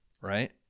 right